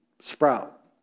sprout